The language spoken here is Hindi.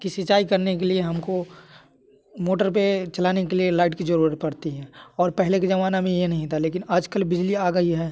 की सिंचाई करने के लिए हमको मोटर पे चलाने के लिए लाइट की जरूरत पड़ती है और पहले के जमाना में ये नहीं था लेकिन आज कल बिजली आ गई है